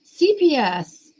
CPS